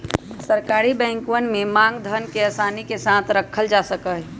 सरकारी बैंकवन में मांग धन के आसानी के साथ रखल जा सका हई